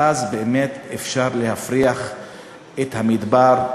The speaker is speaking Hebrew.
ואז באמת אפשר להפריח את המדבר,